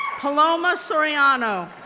paloma soriano,